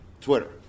Twitter